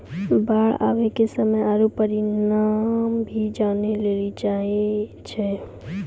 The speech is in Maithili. बाढ़ आवे के समय आरु परिमाण भी जाने लेली चाहेय छैय?